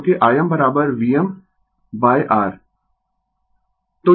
क्योंकि Im Vm R